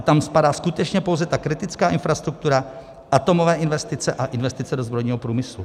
Tam spadá skutečně pouze kritická infrastruktura, atomové investice a investice do zbrojního průmyslu.